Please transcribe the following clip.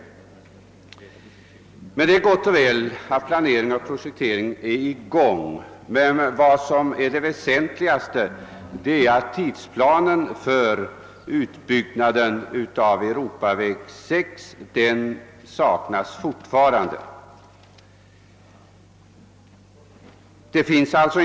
Det är emellertid gott och väl att planering och projektering påbörjats men det allvarligaste är att en tidsplan för utbyggnaden av Europaväg 6 fortfarande saknas.